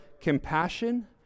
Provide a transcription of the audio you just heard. compassion